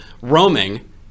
Roaming